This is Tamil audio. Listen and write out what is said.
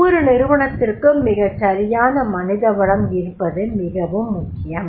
ஒவ்வொரு நிறுவனத்திற்கும் மிகச் சரியான மனிதவளம் இருப்பது மிகவும் முக்கியம்